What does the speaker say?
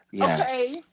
okay